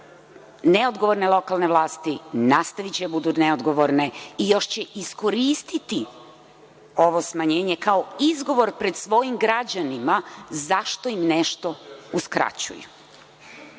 neodgovorne lokalne vlasti nastaviće da budu neodgovorne i još će iskoristiti ovo smanjenje kao izgovor pred svojim građanima zašto im nešto uskraćuju. Naravno,